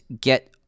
get